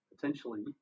potentially